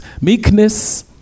meekness